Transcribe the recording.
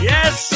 Yes